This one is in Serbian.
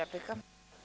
Replika.